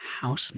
house